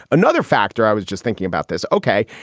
another factor i was just thinking about this, ok,